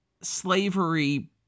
slavery